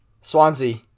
Swansea